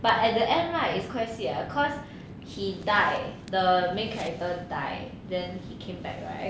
but at the end right is quite sad ah cause he died the main character die then he came back right